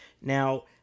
Now